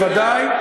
בוודאי.